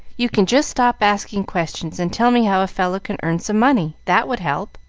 you can just stop asking questions, and tell me how a fellow can earn some money. that would help.